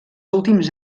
últims